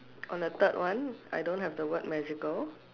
on the third one I don't have the word magical